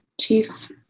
Chief